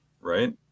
right